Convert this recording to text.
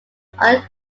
other